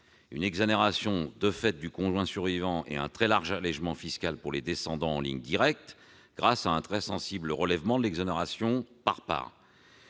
une exonération de fait du conjoint survivant et un très large allégement fiscal pour les descendants en ligne directe, grâce à un très sensible relèvement de l'exonération par part.